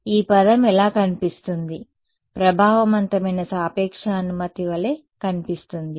కాబట్టి ఈ పదం ఎలా కనిపిస్తుంది ప్రభావవంతమైన సాపేక్ష అనుమతి వలె కనిపిస్తుంది